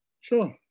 Sure